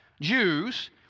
Jews